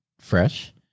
fresh